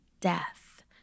death